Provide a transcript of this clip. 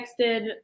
texted